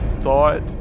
thought